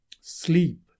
sleep